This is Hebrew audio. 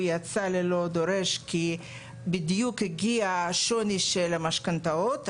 הוא יצא ללא דורש כי בדיוק הגיע השוני של המשכנתאות,